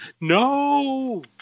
No